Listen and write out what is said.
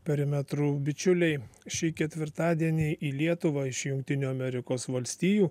perimetrų bičiuliai šį ketvirtadienį į lietuvą iš jungtinių amerikos valstijų